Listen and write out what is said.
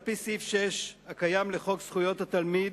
על-פי סעיף 6 הקיים לחוק זכויות התלמיד,